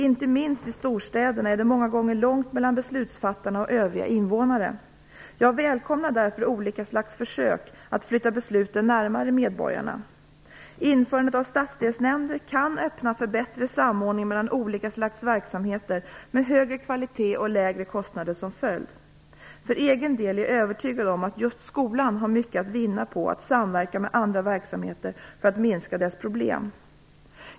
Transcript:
Inte minst i storstäderna är det många gånger långt mellan beslutsfattarna och övriga invånare. Jag välkomnar därför olika slags försök att flytta besluten närmare medborgarna. Införandet av stadsdelnämnder kan öppna för bättre samordning mellan olika slags verksamheter, med högre kvalitet och lägre kostnader som följd. För egen del är jag övertygad om att just skolan har mycket att vinna på att samverka med andra verksamheter för att minska sina problem.